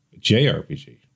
JRPG